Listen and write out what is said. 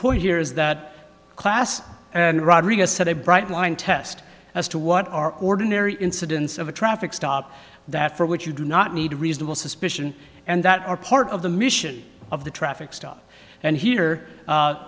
point here is that class and rodriguez said a bright line test as to what are ordinary incidents of a traffic stop that for which you do not need reasonable suspicion and that are part of the mission of the traffic stop and here